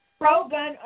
Pro-gun